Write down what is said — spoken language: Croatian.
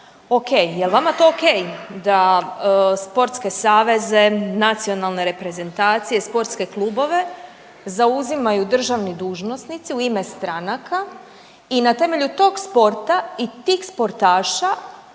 Jel vama to ok da sportske saveze, nacionalne reprezentacije, sportske klubove zauzimaju državni dužnosnici u ime stranaka i na temelju tog sporta i tih sportaša